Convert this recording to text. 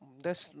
that's